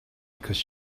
because